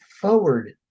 Forward